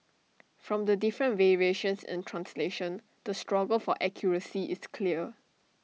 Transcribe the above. from the different variations in translation the struggle for accuracy is clear